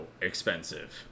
expensive